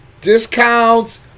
discounts